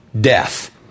death